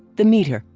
the meter,